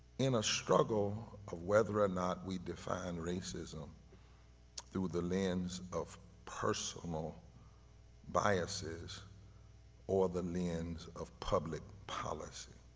in a struggle of whether or not we define racism through the lens of personal biases or the lens of public policy.